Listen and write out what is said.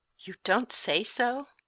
you don't say so?